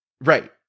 right